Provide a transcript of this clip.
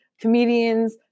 comedians